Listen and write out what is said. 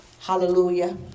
Hallelujah